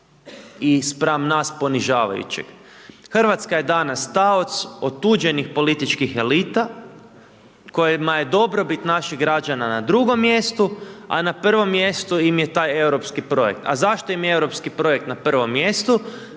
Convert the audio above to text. i spram nas ponižavajućeg. RH je danas taoc otuđenih političkih elita kojima je dobrobit naših građana na drugom mjestu, a na prvom mjestu im je taj europski projekt. A zašto im je europski projekt na prvom mjestu?